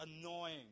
annoying